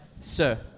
Sir